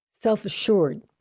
self-assured